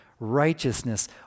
Righteousness